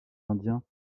indiens